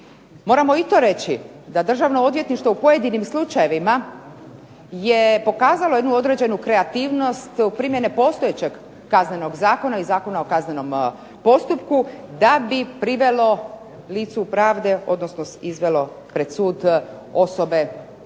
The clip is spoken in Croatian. Moramo i to reći da Državno odvjetništvo u pojedinim slučajevima je pokazalo jednu određenu kreativnost primjene postojećeg Kaznenog zakona i Zakona o kaznenom postupku da bi privelo licu pravde, odnosno izvelo pred sud osobe koje